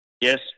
Yes